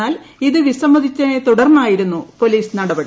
എന്നാൽ ഇത് വിസമ്മതിച്ചതിനെ തുടർന്നായിരുന്നു പോലീസ് നടപടി